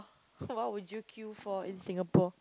what would you queue for in Singapore